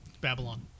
Babylon